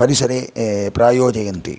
परिसरे प्रायोजयन्ति